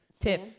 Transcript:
Tiff